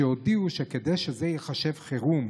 שהודיעו שכדי שזה ייחשב חירום